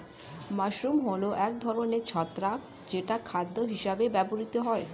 mushroom হল এক ধরনের ছত্রাক যেটা খাদ্য হিসেবে ব্যবহৃত হয়